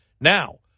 Now